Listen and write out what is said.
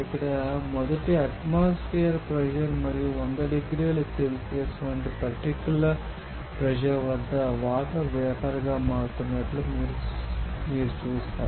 ఇక్కడ 1 atmosphere pressure మరియు 100 డిగ్రీల సెల్సియస్ వంటి పర్టికులర్ ప్రెషర్ వద్ద వాటర్ వేపర్ గా మారుతున్నట్లు మీరు చూస్తారు